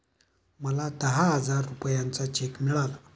मला दहा हजार रुपयांचा चेक मिळाला